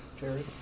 Jerry